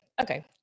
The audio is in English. Okay